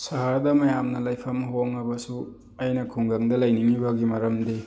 ꯁꯍꯔꯗ ꯃꯌꯥꯝꯅ ꯂꯩꯐꯝ ꯍꯣꯡꯉꯕꯁꯨ ꯑꯩꯅ ꯈꯨꯡꯒꯪꯗ ꯂꯩꯅꯤꯡꯉꯤꯕꯒꯤ ꯃꯔꯝꯗꯤ